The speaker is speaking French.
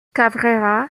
cabrera